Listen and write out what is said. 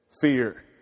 fear